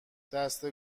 دسته